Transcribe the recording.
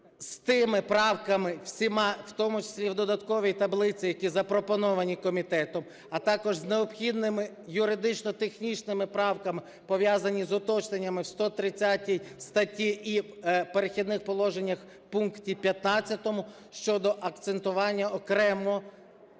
з тими правками всіма, в тому числі і в додатковій таблиці, які запропоновані комітетом, а також з необхідними юридично-технічними правками, пов'язані з уточненнями в 130 статті і в "Перехідних положеннях" в пункті 15 щодо акцентування окремо,